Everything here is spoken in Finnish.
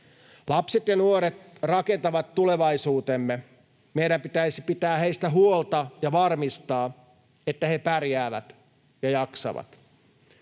Lapset ja nuoret rakentavat tulevaisuutemme. Meidän pitäisi pitää heistä huolta ja varmistaa, että he pärjäävät ja jaksavat.